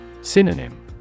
Synonym